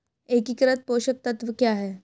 एकीकृत पोषक तत्व क्या है?